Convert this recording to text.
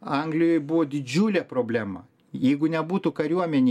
anglijoj buvo didžiulė problema jeigu nebūtų kariuomenė